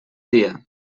dia